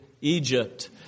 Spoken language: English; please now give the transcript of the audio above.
Egypt